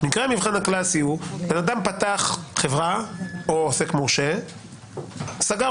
הוא שאדם פתח חברה או עוסק מורשה וסגר